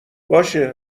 باشه